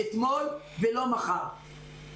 אתמול ולא מחר.